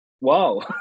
wow